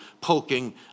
poking